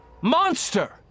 Monster